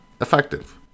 effective